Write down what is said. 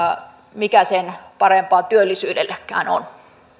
mikä sen parempaa työllisyydellekään on